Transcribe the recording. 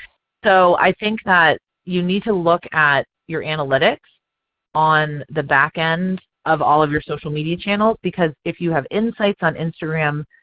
so i think that you need to look at your analytics on the back end of all of your social media channels because if you have insights on instagram,